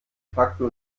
facto